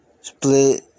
Split